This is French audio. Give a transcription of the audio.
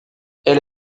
elle